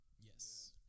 Yes